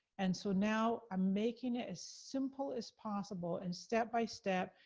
and so now i'm making it as simple as possible. and step-by-step,